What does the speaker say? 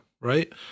right